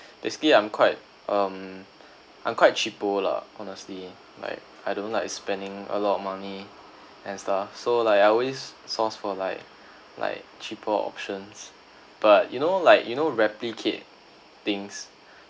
basically I'm quite um I'm quite cheapo lah honestly like I don't like spending a lot of money and stuff so like I always source for like like cheaper options but you know like you know replicate things